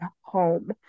home